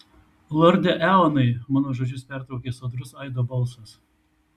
lorde eonai mano žodžius pertraukė sodrus aido balsas